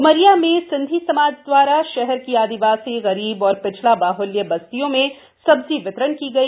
उमरिया में सिंधी समाज द्वारा शहर की आदिवासी गरीब और पिछड़ा बाह्ल्य बस्तियों में सब्जी वितरण की गई